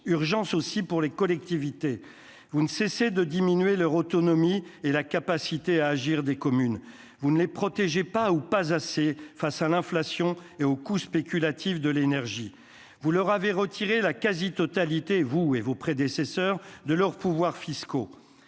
urgence aussi pour les collectivités, vous ne cessez de diminuer leur autonomie et la capacité à agir des communes, vous ne les protégeaient pas ou pas assez face à l'inflation et au coup spéculatif de l'énergie, vous leur avez retiré la quasi-totalité, vous et vos prédécesseurs de leurs pouvoirs fiscaux